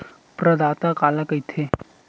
प्रदाता काला कइथे?